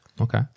Okay